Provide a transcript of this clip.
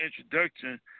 introduction